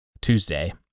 Tuesday